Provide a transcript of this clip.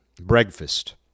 Breakfast